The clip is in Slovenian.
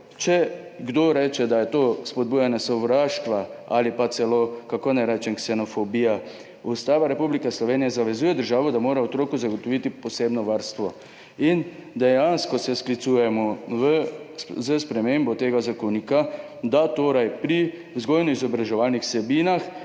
Če kdo reče, da je to spodbujanje sovraštva ali pa celo, kako naj rečem, ksenofobija, Ustava Republike Slovenije zavezuje državo, da mora otroku zagotoviti posebno varstvo, in dejansko se sklicujemo s spremembo tega zakonika, da naj se torej pri vzgojno-izobraževalnih vsebinah,